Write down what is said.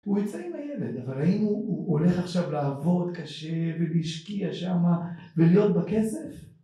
הוא ייצא עם הילד אבל האם הוא הולך עכשיו לעבוד קשה ולהשקיע שמה ולהיות בכסף?